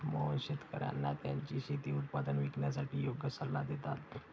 मोहन शेतकर्यांना त्यांची शेती उत्पादने विकण्यासाठी योग्य सल्ला देतात